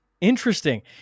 Interesting